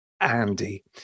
Andy